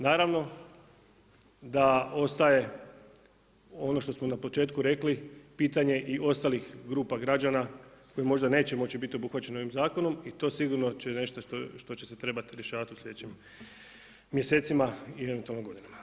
Naravno da ostaje ono što smo na početku rekli pitanje i ostalih grupa građana koji možda neće moći biti obuhvaćeni ovim zakonom, i to sigurno će nešto što će se trebati rješavati u slijedećim mjesecima i eventualno godinama.